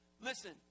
listen